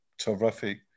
Terrific